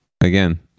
again